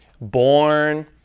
born